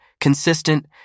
consistent